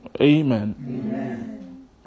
Amen